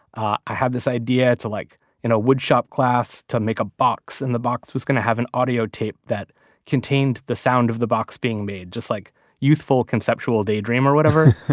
i had this idea like in woodshop class to make a box. and the box was going to have an audiotape that contained the sound of the box being made, just like youthful conceptual daydream or whatever.